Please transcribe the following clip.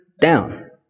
down